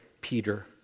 Peter